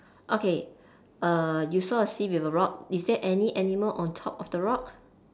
okay err you saw a sea with a rock is there any animal on top of the rock